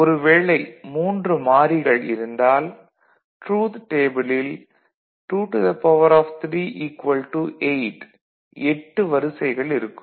ஒரு வேளை 3 மாறிகள் இருந்தால் ட்ரூத் டேபிளில் 23 8 வரிசைகள் இருக்கும்